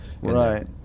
Right